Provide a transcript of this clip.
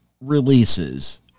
releases